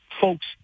folks